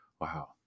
Wow